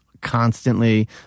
constantly